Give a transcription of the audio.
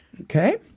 Okay